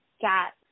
got